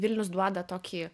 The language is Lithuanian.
vilnius duoda tokį